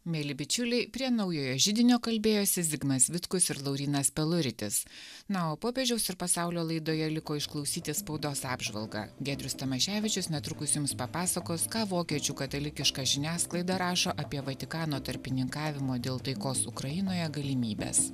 mieli bičiuliai prie naujojo židinio kalbėjosi zigmas vitkus ir laurynas peluritis na o popiežiaus ir pasaulio laidoje liko išklausyti spaudos apžvalgą giedrius tamaševičius netrukus jums papasakos ką vokiečių katalikiška žiniasklaida rašo apie vatikano tarpininkavimo dėl taikos ukrainoje galimybes